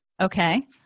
okay